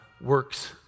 works